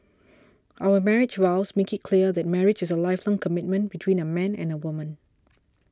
our marriage vows make it clear that marriage is a lifelong commitment between a man and a woman